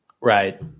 Right